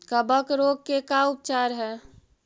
कबक रोग के का उपचार है?